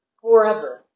forever